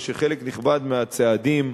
ושחלק נכבד מהצעדים,